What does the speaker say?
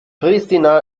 pristina